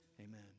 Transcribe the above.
Amen